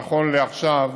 נכון לעכשיו,